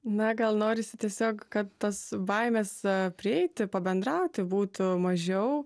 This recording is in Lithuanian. na gal norisi tiesiog kad tas baimes prieiti pabendrauti būtų mažiau